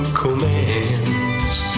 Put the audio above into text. commands